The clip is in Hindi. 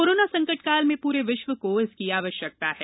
कोरोना संकट काल में पूरे विश्व को इसकी आवश्यकता है